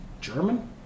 German